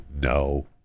No